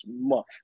month